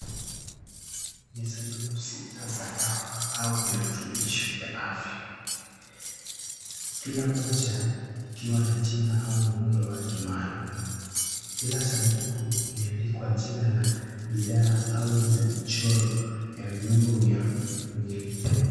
Ni sanduku sita za dawa au virutubisho vya afya. Kila moja ikiwa na jina au muundo wake maalum. Kila sanduku imeandikwa jina la bidhaa au lina michoro ya viungo vya mwili.